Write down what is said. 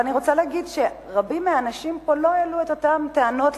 אני רוצה להגיד שרבים מהאנשים פה לא העלו את אותן טענות,